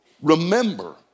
Remember